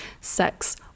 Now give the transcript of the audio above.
sex